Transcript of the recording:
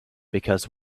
because